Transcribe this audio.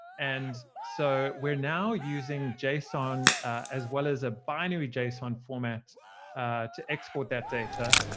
and so we're now using json as well as a binary json format to export that data.